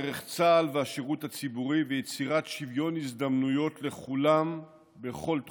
דרך צה"ל והשירות הציבורי ויצירת שוויון הזדמנויות לכולם בכל תחום.